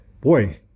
boy